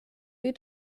die